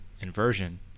inversion